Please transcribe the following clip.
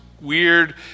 Weird